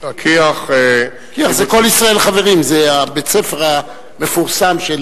כי"ח זה "כל ישראל חברים", זה בית-הספר המפורסם.